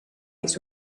its